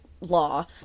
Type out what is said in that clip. law